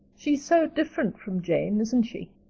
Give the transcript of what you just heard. she's so different from jane, isn't she?